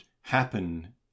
happen